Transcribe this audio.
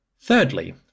Thirdly